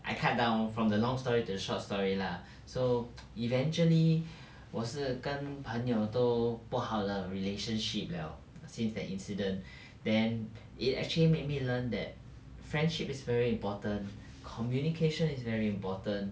I cut down from the long story to short story lah so eventually 我是跟朋友都不好了 relationship 了 since that incident then it actually make me learn that friendship is very important communication is very important